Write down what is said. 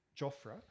Joffre